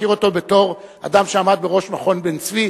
מכיר אותו בתור אדם שעמד בראש מכון בן-צבי,